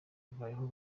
babayeho